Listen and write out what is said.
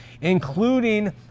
including